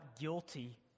guilty